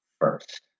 first